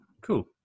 Cool